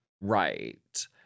Right